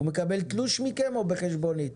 הוא מקבל תלוש מכם או בחשבונית?